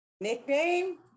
Nickname